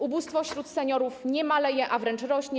Ubóstwo wśród seniorów nie maleje, a wręcz rośnie.